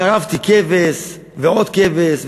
טרפתי כבש ועוד כבש,